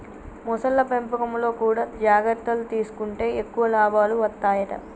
మొసళ్ల పెంపకంలో కూడా జాగ్రత్తలు తీసుకుంటే ఎక్కువ లాభాలు వత్తాయట